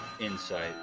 Insight